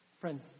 friends